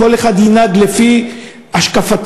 כל אחד ינהג לפי השקפתו.